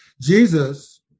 Jesus